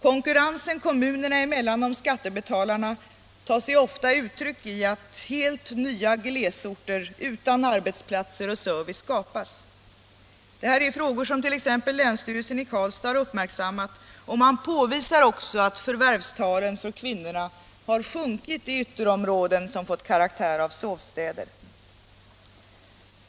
Konkurrensen kommunerna emellan om skattebetalarna tar sig ofta uttryck i att helt nya ”glesorter” utan arbetsplatser och service skapas. Det är frågor som t.ex. länsstyrelsen i Karlstad uppmärksammat. Man påvisar också att förvärvstalen för kvinnorna sjunkit i ytterområden som fått karaktär av sovstäder.